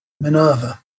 Minerva